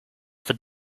for